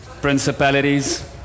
principalities